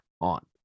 on